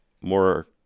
more